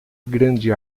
grande